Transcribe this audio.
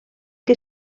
que